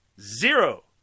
zero